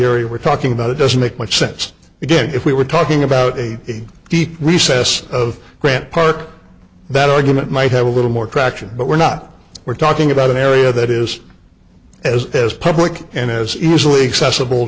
area we're talking about it doesn't make much sense again if we were talking about a deep recess of grant park that argument might have a little more traction but we're not we're talking about an area that is as public and as easily accessible